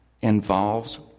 involves